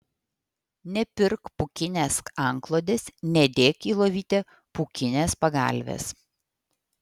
nepirk pūkinės antklodės nedėk į lovytę pūkinės pagalvės